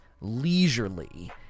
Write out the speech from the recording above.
leisurely